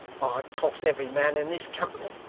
i'd toss every man in this company,